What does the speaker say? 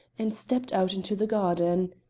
and stepped out into the garden.